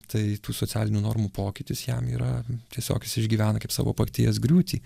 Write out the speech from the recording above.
tai tų socialinių normų pokytis jam yra tiesiog jis išgyvena kaip savo paties griūtį